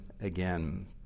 again